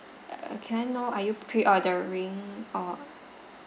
err can I know are you pre-ordering uh